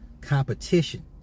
competition